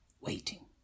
waiting